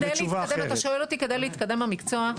אתה שואל אותי כדי להתקדם במקצוע,